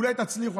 אולי תצליחו,